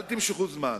אל תמשכו זמן.